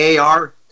AR